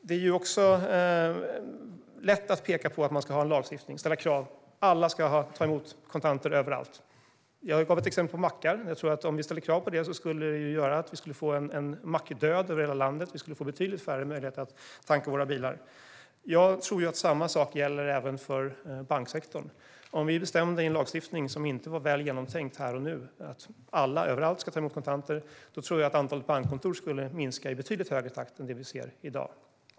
Det är lätt att peka på att man ska ha en lagstiftning och ställa krav på att alla ska ta emot kontanter överallt. Jag gav exemplet med mackar - om vi ställer detta krav tror jag att det skulle göra att vi fick en mackdöd över hela landet. Vi skulle få betydligt färre möjligheter att tanka våra bilar. Jag tror att samma sak gäller banksektorn. Om vi i en lagstiftning som inte var väl genomtänkt här och nu bestämde att alla överallt ska ta emot kontanter tror jag att antalet bankkontor skulle minska i betydligt högre takt än vi ser i dag.